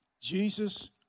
Jesus